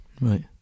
Right